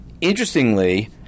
interestingly